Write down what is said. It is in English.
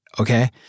okay